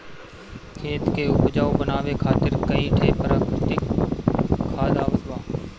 खेत के उपजाऊ बनावे खातिर कई ठे प्राकृतिक खाद आवत बा